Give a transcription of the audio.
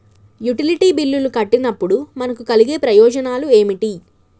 Utility బిల్లులు కట్టినప్పుడు మనకు కలిగే ప్రయోజనాలు ఏమిటి?